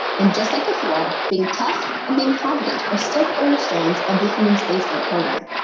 and just like before, being tough and being competent are still cornerstones of the human spaceflight program.